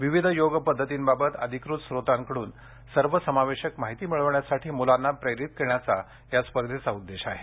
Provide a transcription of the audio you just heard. विविध योग पद्धतींबाबत अधिकृत स्रोतांकडून सर्वसमावेशक माहिती मिळवण्यासाठी मुलांना प्रेरित करण्याचा या स्पर्धेचा उद्देश आहे